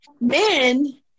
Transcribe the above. men